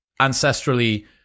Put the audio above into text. ancestrally